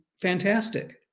fantastic